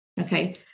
Okay